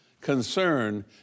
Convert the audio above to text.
Concern